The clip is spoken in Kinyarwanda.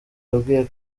yabwiye